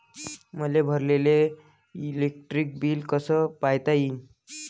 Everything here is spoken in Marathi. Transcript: मले भरलेल इलेक्ट्रिक बिल कस पायता येईन?